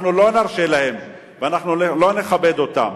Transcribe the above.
אנחנו לא נרשה להם ואנחנו לא נכבד אותם.